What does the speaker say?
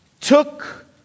took